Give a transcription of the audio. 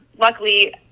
luckily